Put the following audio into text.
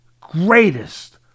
greatest